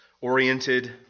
oriented